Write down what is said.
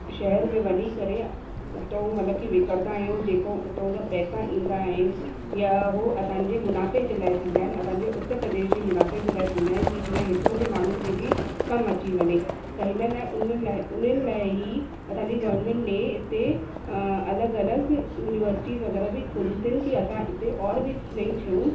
शहर में वञी करे उतां मतलबु कि विकिणंदा आहियूं जेको उतां जा पैसा ईंदा आहिनि या उहो असांजे मुनाफ़े जे लाइ थींदा आहिनि असांजे उतरप्रदेश जे मुनाफ़े जे लाइ थींदा आहिनि कि जीअं हितां जे माण्हुनि जी बि कमु अची वञे त हिन लाइ उन्हनि लाइ उन्हनि लाइ ही असांजी गवर्मेंट ने हिते अलॻि अलॻि यूनिवर्सिटीस वग़ैरह बि खोलियूं अथनि कि असां हिते और बि नईं शयूं